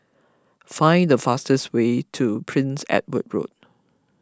find the fastest way to Prince Edward Road